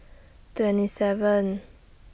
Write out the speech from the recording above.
twenty seven